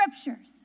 scriptures